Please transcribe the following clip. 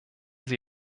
sie